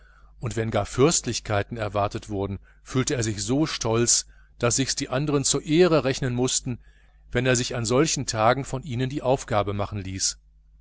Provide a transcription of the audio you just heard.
und wenn gar fürstlichkeiten erwartet wurden fühlte er sich so stolz daß sich's die andern zur ehre rechnen mußten wenn er sich an solchen tagen von ihnen die aufgaben machen ließ